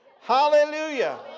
Hallelujah